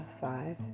five